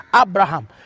Abraham